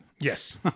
Yes